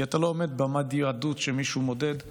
כי אתה לא עומד במד יהדות שבו מישהו מודד ואומר: